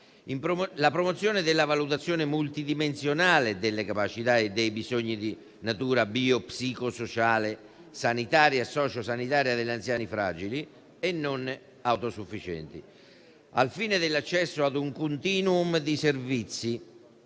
la promozione della valutazione multidimensionale delle capacità e dei bisogni di natura bio-psico-sociale, sanitaria e sociosanitaria degli anziani fragili e non autosufficienti ai fini dell'accesso ad un *continuum* di servizi;